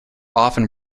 often